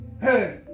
hey